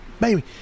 Baby